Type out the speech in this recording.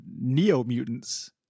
Neo-mutants